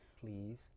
please